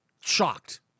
shocked